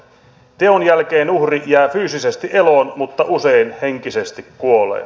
teon jälkeen uhri jää fyysisesti eloon mutta usein henkisesti kuolee